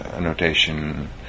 notation